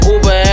Uber